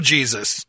Jesus